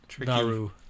Naru